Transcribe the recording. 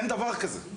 אין דבר כזה.